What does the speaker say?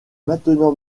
maintenant